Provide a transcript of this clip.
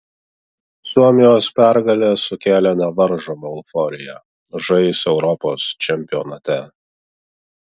suomijos pergalė sukėlė nevaržomą euforiją žais europos čempionate